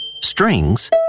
strings